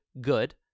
Good